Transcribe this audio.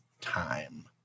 time